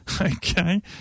okay